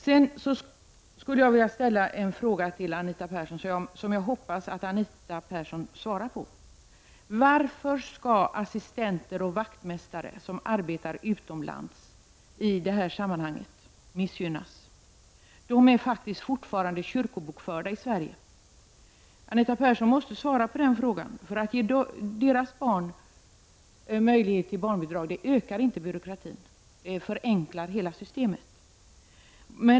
Jag skulle vilja ställa en fråga till Anita Persson som jag hoppas att hon svarar på: Varför skall assistenter och vaktmästare som arbetar utomlands missgynnas i detta sammanhang? De är fortfarande kyrkobokförda i Sverige. Om deras barn får barnbidrag ökar inte byråkratin, utan det förenklar hela systemet.